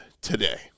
today